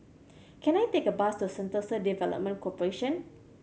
can I take a bus to Sentosa Development Corporation